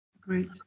great